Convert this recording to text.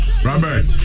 Robert